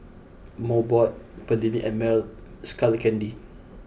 Mobot Perllini and Mel Skull Candy